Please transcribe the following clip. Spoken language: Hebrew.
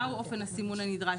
מהו אופן הסימון הנדרש,